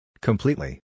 Completely